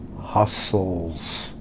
hustles